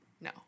no